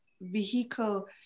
vehicle